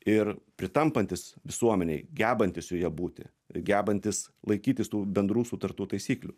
ir pritampantys visuomenėj gebantys joje būti gebantys laikytis tų bendrų sutartų taisyklių